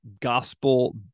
gospel